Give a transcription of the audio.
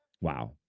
Wow